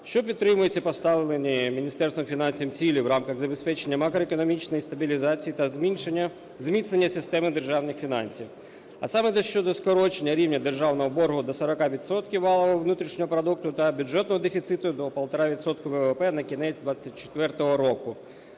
що підтримуються поставлені Міністерством фінансів цілі в рамках забезпечення макроекономічної стабілізації та зміцнення системи державних фінансів. А саме щодо скорочення рівня державного боргу до 40 відсотків валового внутрішнього продукту та бюджетного дефіциту до півтора відсотки ВВП на кінець 24-го року,